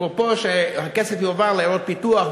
שהכסף יועבר לעיירות פיתוח,